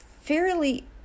fairly